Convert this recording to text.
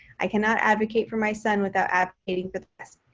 i cannot advocate for my son without advocating for the rest.